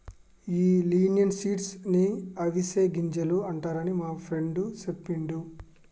ఈ లిన్సీడ్స్ నే అవిసె గింజలు అంటారని మా ఫ్రెండు సెప్పిండు